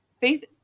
Faith